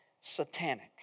satanic